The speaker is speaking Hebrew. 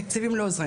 תקציבים לא עוזרים.